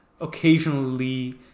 occasionally